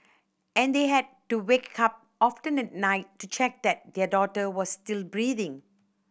and they had to wake up often at night to check that their daughter was still breathing